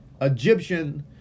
Egyptian